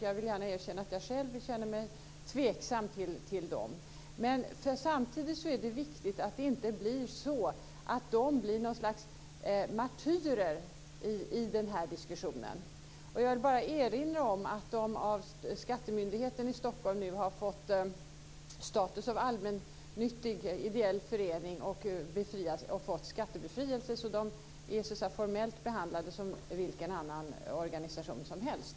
Jag vill gärna erkänna att jag själv känner mig tveksam till dem. Men samtidigt är det viktigt att de inte blir något slags martyrer i den här diskussionen. Jag vill bara erinra om att de av skattemyndigheten i Stockholm nu har fått status som allmännyttig ideell förening och fått skattebefrielse. Scientologerna är formellt behandlade som vilken annan organisation som helst.